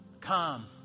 Come